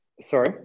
sorry